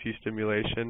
stimulation